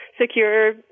secure